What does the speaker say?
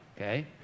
okay